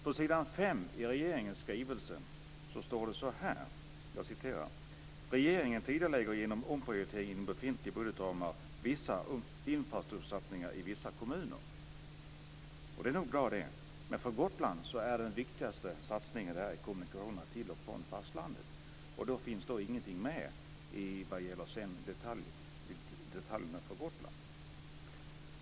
På s. 5 i regeringens skrivelse står det: "Regeringen tidigarelägger, genom omprioritering inom befintliga budgetramar, vissa infrastruktursatsningar i ett antal kommuner." Det är nog bra men för Gotland är den viktigaste satsningen den på kommunikationer till och från fastlandet. Men ingenting finns med vad gäller detaljer kring Gotland.